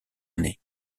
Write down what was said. année